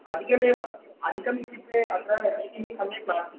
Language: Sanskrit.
अधिकमेव अधिकमित्युक्ते अत्र वीथिः सम्यक् नास्ति